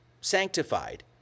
Sanctified